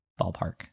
ballpark